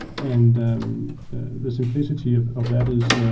and um the the simplicity of of that is